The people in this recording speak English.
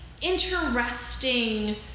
interesting